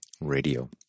Radio